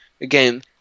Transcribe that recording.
again